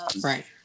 Right